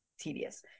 tedious